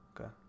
okay